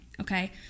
okay